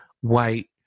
white